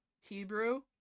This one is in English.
Hebrew